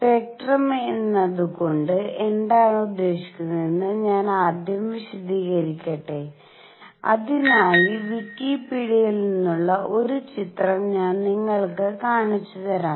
spectrum എന്നതുകൊണ്ട് എന്താണ് ഉദ്ദേശിക്കുന്നതെന്ന് ഞാൻ ആദ്യം വിശദീകരിക്കട്ടെ അതിനായി വിക്കിപീഡിയയിൽ നിന്നുള്ള ഒരു ചിത്രം ഞാൻ നിങ്ങൾക്ക് കാണിച്ചുതരാം